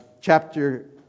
chapter